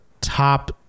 top